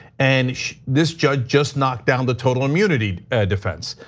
and this judge just knocked down the total immunity defense.